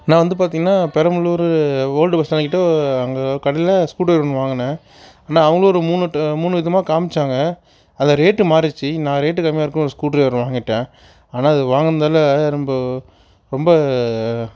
நான் வந்து பார்த்தீங்கனா பெரம்பலூர் ஓல்டு பஸ் ஸ்டாண்ட் கிட்ட அங்கே கடையில் ஸ்க்ரூ ட்ரைவர் ஒன்று வாங்குனேன் நான் அவங்களும் ஒரு மூணு மூணு விதமாக காண்மிச்சாங்க அது ரேட் மாறிடுத்து நான் ரேட்டு கம்மியாக இருக்கவும் ஸ்க்ரூ ட்ரைவர் வாங்கிவிட்டேன் ஆனால் அது வாங்கினதால ரொம்ப ரொம்ப